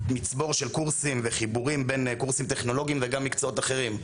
מצבור של קורסים וחיבורים בין קורסים טכנולוגיים וגם מקצועות אחרים,